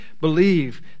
believe